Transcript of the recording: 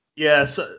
Yes